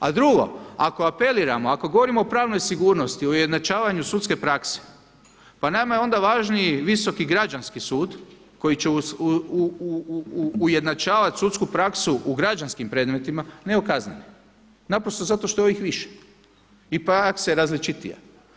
A drugo, ako apeliramo, ako govorimo o pravnoj sigurnosti, o ujednačavanju sudske prakse, pa nama je onda važniji Visoki građanski sud koji će ujednačavat sudsku praksu u građanskim predmetima, ne o kaznenim naprosto zato što je ovih više i praksa je različitija.